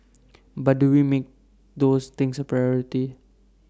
but do we make those things A priority